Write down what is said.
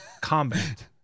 combat